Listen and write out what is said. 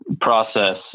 process